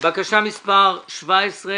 יש הכנסות ועם ההכנסות האלה משתמשים במשק כספי סגור.